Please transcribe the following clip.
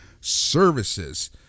Services